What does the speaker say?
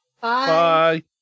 Bye